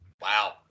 wow